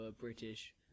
British